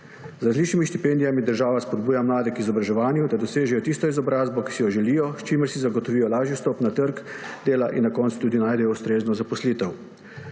z različnimi štipendijami država spodbuja mlade k izobraževanju, da dosežejo tisto izobrazbo, ki si jo želijo, s čimer si zagotovijo lažji vstop na trg dela in na koncu tudi najdejo ustrezno zaposlitev.